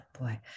boy